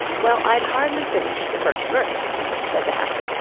well, i'd hardly finished the first verse said the hatter,